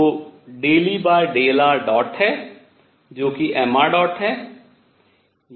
जो ∂E∂ṙ है जो कि mṙ है